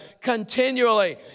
continually